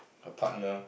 a partner